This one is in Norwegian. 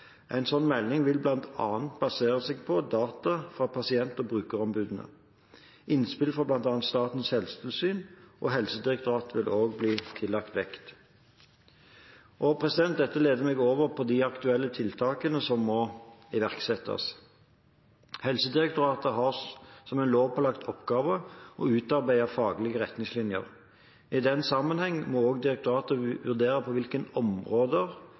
En slik melding vil bl.a. basere seg på data fra pasient- og brukerombudene. Innspill fra bl.a. Statens helsetilsyn og Helsedirektoratet vil også bli tillagt vekt. Dette leder meg over på aktuelle tiltak som må iverksettes. Helsedirektoratet har som en lovpålagt oppgave å utarbeide faglige retningslinjer. I den sammenheng må også direktoratet vurdere på hvilke områder,